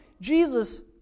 Jesus